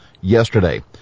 yesterday